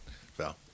Val